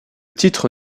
titre